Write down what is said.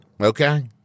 okay